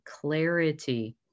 clarity